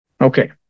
Okay